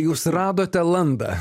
jus radote landą